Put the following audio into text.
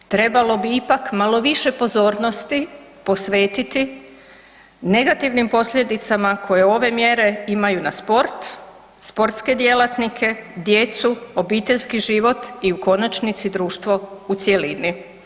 Trebalo bi ipak malo više pozornosti posvetiti negativnim posljedicama koje ove mjere imaju na sport, sportske djelatnike, djecu, obiteljski život i u konačnici društvo u cjelini.